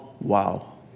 Wow